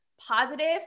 positive